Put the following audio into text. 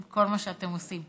עם כל מה שאתם עושים?